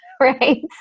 Right